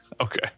Okay